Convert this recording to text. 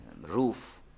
roof